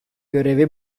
görevi